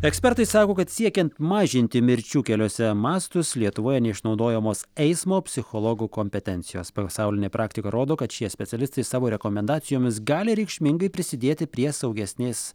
ekspertai sako kad siekiant mažinti mirčių keliuose mastus lietuvoje neišnaudojamos eismo psichologų kompetencijos pasaulinė praktika rodo kad šie specialistai savo rekomendacijomis gali reikšmingai prisidėti prie saugesnės